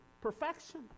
perfection